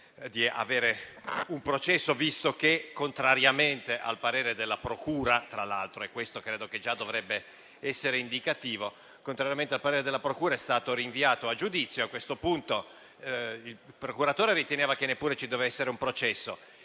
di avere un processo, visto che tra l'altro, contrariamente al parere della procura - e questo credo che già dovrebbe essere indicativo -, è stato rinviato a giudizio. Il procuratore riteneva che neppure ci dovesse essere un processo,